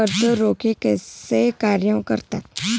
कर्ज रोखे कसे कार्य करतात?